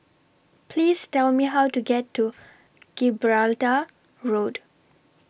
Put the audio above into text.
Please Tell Me How to get to Gibraltar Road